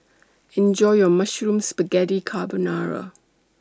Enjoy your Mushroom Spaghetti Carbonara